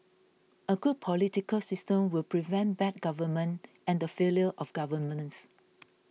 a good political system will prevent bad government and the failure of